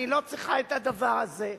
אני לא צריכה את הדבר הזה.